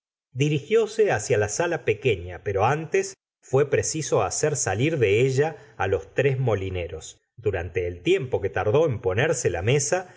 dirigióse hacia la dala pequeña pero antes fué preciso hacer salir de ella á los tres molineros durante el tiempo que tardó en ponerse la mesa